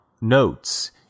notes